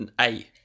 Eight